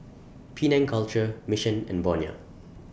Penang Culture Mission and Bonia